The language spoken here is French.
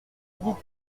dit